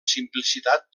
simplicitat